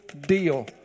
deal